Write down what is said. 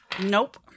Nope